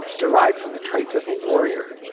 derived from the traits of a warrior,